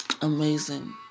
amazing